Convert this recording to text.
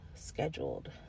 Scheduled